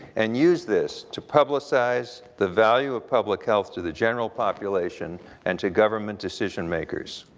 and used this to publicize the value of public health to the general population and to government decision-makers.